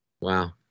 Wow